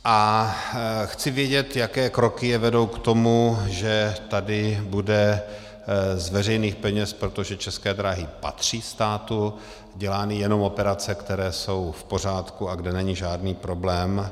A chci vědět, jaké kroky je vedou k tomu, že tady bude z veřejných peněz, protože ČD patří státu, dělány jenom operace, které jsou v pořádku a kde není žádný problém.